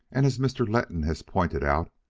and as mr. letton has pointed out,